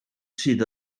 sydd